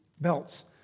belts